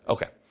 Okay